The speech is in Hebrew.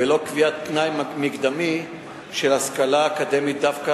ולא קביעת תנאי מקדמי של השכלה אקדמית דווקא,